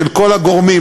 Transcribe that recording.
של כל הגורמים,